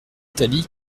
italie